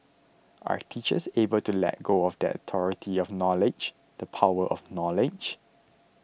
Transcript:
are teachers able to let go of that authority of knowledge the power of knowledge